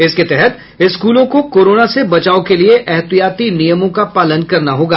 इसके तहत स्कूलों को कोरोना से बचाव के लिए एहतियाती नियमों का पालन करना होगा